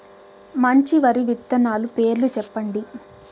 మంచి వరి విత్తనాలు పేర్లు చెప్పండి?